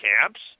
camps